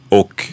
och